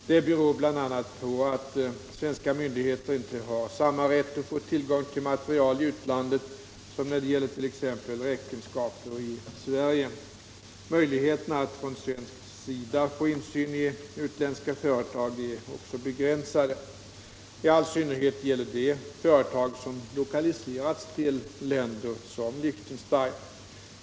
Detta beror bl.a. på att svenska myndigheter inte har samma rätt att få tillgång till material i utlandet som när det gäller t.ex. räkenskaper i Sverige. Möjligheterna att från svensk sida få insyn i utländska företag är begränsade. I all synnerhet gäller detta företag som lokaliserats till länder som Liechtenstein.